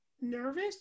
nervous